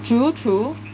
true true